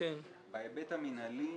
בהיבט המנהלי,